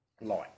light